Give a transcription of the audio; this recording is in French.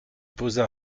posa